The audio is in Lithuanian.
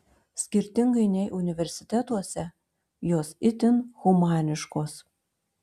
skirtingai nei universitetuose jos itin humaniškos